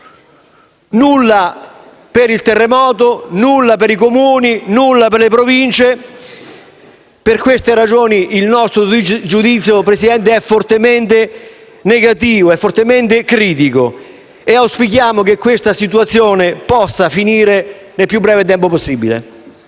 Nulla per il terremoto. Nulla per i Comuni. Nulla per le Province. Per queste ragioni il nostro giudizio, signor Presidente, è fortemente negativo e fortemente critico e auspichiamo che questa situazione possa finire nel più breve tempo possibile.